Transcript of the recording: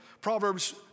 Proverbs